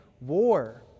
war